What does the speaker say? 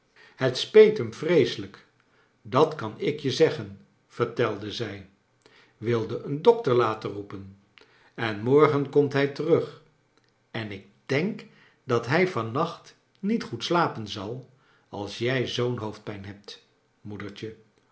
het speet hem vreeselijk dat kan ik je zeggen verteld zij wilde een dokter laten roepen en morgen komt hij terug en ik denk dat hij van nacht niet goed slapen zal als jij zoo'n hoofdpijn hebt moedertje